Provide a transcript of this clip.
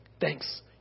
Thanks